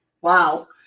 Wow